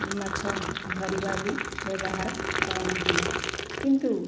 ମାଛ ଧରିବା ବି ବ୍ୟବହାର କରନ୍ତି କିନ୍ତୁ